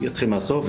אני אתחיל מהסוף.